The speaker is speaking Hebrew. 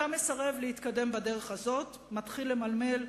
אתה מסרב להתקדם בדרך הזאת, מתחיל למלמל,